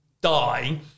die